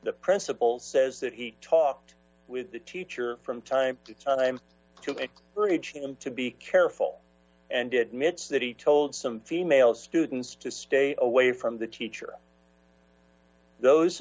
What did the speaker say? the principal says that he talked with the teacher from time to time to pick him to be careful and did minutes that he told some female students to stay away from the teacher those